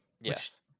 Yes